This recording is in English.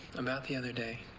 about the other day